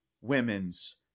Women's